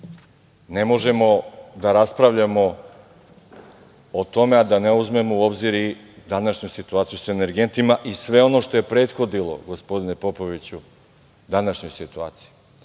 možemo da raspravljamo o tome, a da ne uzmemo u obzir i današnju situaciju sa energentima i sve ono što je prethodilo, gospodine Popoviću, današnjoj situaciji,